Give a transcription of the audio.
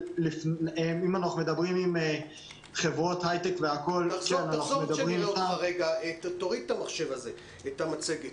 אם אנחנו מדברים עם חברות הייטק --- תוריד את המצגת.